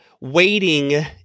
waiting